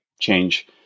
change